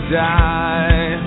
die